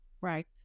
Right